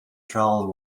travelled